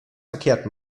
verkehrt